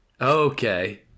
Okay